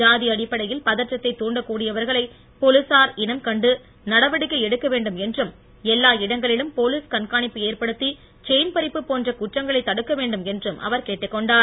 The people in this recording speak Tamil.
ஜாதி அடிப்படையில் பதற்றத்தை தூண்டக் கூடியவர்கனை போலீசார் இனம் கண்டு நடவடிக்கை எடுக்க வேண்டும் என்றும் எல்லா இடங்களிலும் போலீஸ் கண்காணிப்பு ஏற்படுத்தி செயின் பறிப்பு போன்ற குற்றங்களை தடுக்க வேண்டும் என்றும் அவர் கேட்டுக் கொண்டார்